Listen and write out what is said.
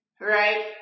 Right